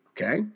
okay